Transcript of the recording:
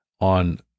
on